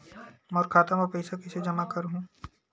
मोर खाता म पईसा कइसे जमा करहु?